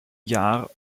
jahr